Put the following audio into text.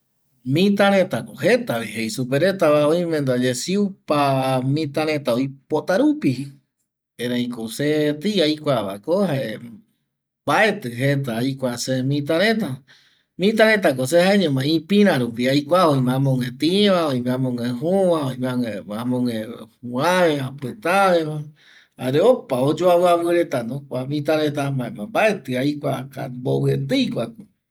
Mita retako jei superetava oime ndaye siupa mita reta oipota rupi ereiko se etei aikuavako jae mbaetƚ aikua se jeta mita reta, mita retako se jaeñoma aikua ipira rupi oime amoguë tiva, oime amogë juva, amoguë juuaveva, pïtaaveva jare opano oyoavƚavƚ retano kua mita retano jaemako mbaetƚ aikua mbovƚetei vako